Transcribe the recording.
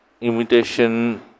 imitation